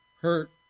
hurt